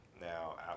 Now